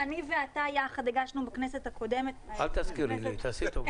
היה גידול של